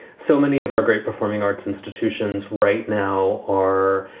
so many of our great performing arts institutions right now are,